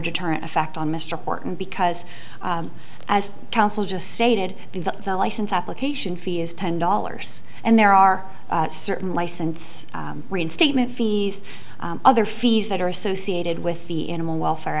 deterrent effect on mr horton because as counsel just stated the license application fee is ten dollars and there are certain license reinstatement fees other fees that are associated with the animal welfare